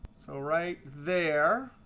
so right there.